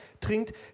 trinkt